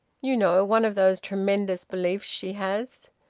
you know one of those tremendous beliefs she has.